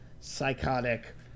psychotic